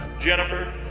Jennifer